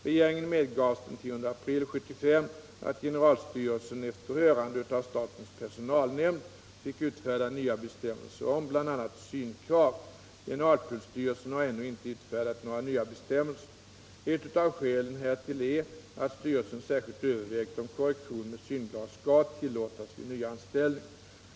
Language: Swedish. Regeringen medgav den 10 april 1975 att generaltullstyrelsen efter hörande av statens personalnämnd fick utfärda nya bestämmelser om bl.a. synkrav. Generaltullstyrelsen har ännu inte utfärdat några nya bestämmelser. Ett av skälen härtill är att styrelsen särskilt övervägt om korrektion med synglas skall tillåtas vid nyanställning.